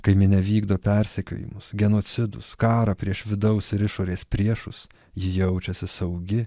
kai minia vykdo persekiojimus genocidus karą prieš vidaus ir išorės priešus ji jaučiasi saugi